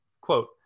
Quote